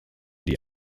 die